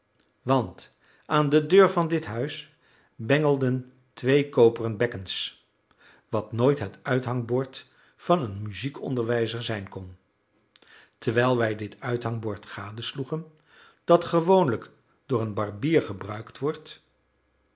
want aan de deur van dit huis bengelden twee koperen bekkens wat nooit het uithangbord van een muziekonderwijzer zijn kon terwijl wij dit uithangbord gadesloegen dat gewoonlijk door een barbier gebruikt wordt